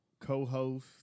co-host